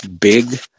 big